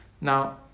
Now